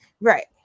Right